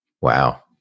Wow